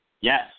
Yes